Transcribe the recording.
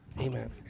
Amen